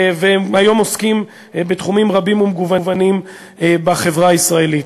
והם היום עוסקים בתחומים רבים ומגוונים בחברה הישראלית.